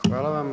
Hvala vam.